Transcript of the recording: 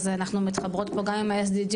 אז אנחנו מתחברות פה גם עם ה-SDG,